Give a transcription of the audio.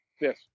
Yes